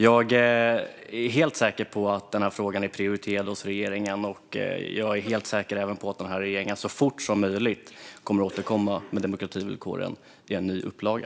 Jag är helt säker på att denna fråga prioriteras av regeringen och på att regeringen så fort som möjligt kommer att återkomma med demokrativillkoren i en ny upplaga.